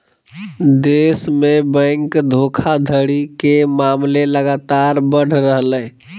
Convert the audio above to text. देश में बैंक धोखाधड़ी के मामले लगातार बढ़ रहलय